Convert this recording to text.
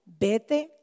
vete